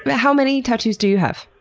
but how many tattoos do you have?